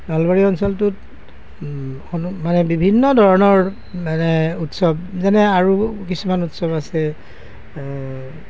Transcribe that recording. নলবাৰী অঞ্চলটোত মানে বিভিন্ন ধৰণৰ মানে উৎসৱ যেনে আৰু কিছুমান উৎসৱ আছে